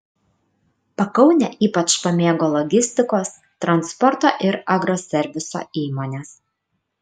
pakaunę ypač pamėgo logistikos transporto ir agroserviso įmonės